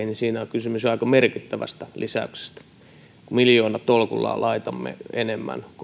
siinä on kysymys aika merkittävästä lisäyksestä kun miljoonatolkulla laitamme enemmän